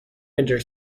winter